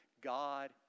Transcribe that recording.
God